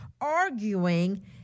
arguing